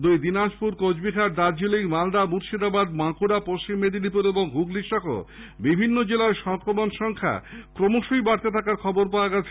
দুই দিনাজপুর কোচবিহার দার্জিলিং মালদা মুর্শিদাবাদ বাঁকুড়া পশ্চিম মেদিনীপুর ও হুগলী সহ বিভিন্ন জেলায় সংক্রমণ সংখ্যা ক্রমশই বাড়তে থাকার খবর পাওয়া গেছে